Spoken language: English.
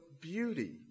Beauty